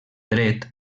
dret